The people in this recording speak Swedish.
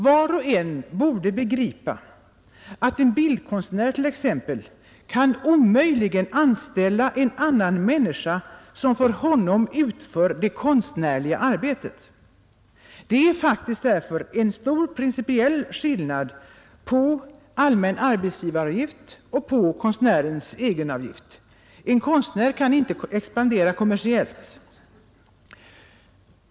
Var och en borde begripa att en bildkonstnär t.ex. omöjligen kan anställa en annan människa som för honom utför det konstnärliga arbetet. Det är faktiskt därför en stor principiell skillnad på allmän arbetsgivaravgift och på konstnärens egenavgift. En konstnär kan inte expandera kommersiellt.